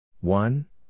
One